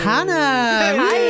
Hannah